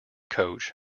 coach